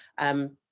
um,